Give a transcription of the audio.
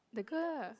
the girl